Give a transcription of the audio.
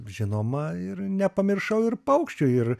žinoma ir nepamiršau ir paukščių ir